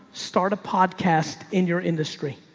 start a podcast in your industry.